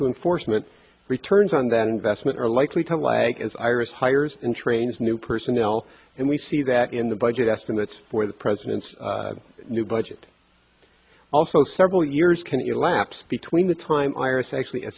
to enforcement returns on that investment are likely to lag as iris hires and trains new personnel and we see that in the budget estimates for the president's new budget also several years can elapse between the time iris actually